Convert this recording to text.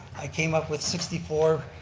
i came up with sixty four,